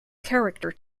character